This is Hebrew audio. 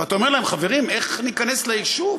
ואתה אומר להם, חברים, איך ניכנס ליישוב?